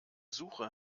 suche